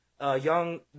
young